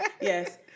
Yes